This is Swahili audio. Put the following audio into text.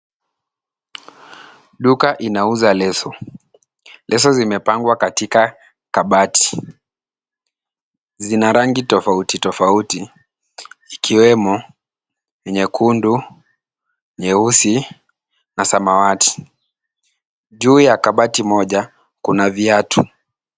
Duka inauza lezo. Leso zimepangwa katika kabati, zina rangi tofautitofauti ikiwemo nyekundu, nyeusi na samawati. Juu ya kabati moja kuna viatu.